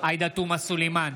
עאידה תומא סלימאן,